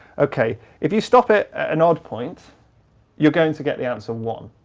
okay, if you stop it at an odd point you're going to get the answer one.